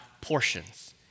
portions